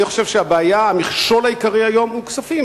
אני חושב שהבעיה, המכשול העיקרי היום הוא כספים.